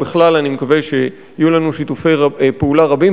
בכלל אני מקווה שיהיו לנו שיתופי פעולה רבים,